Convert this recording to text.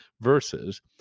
versus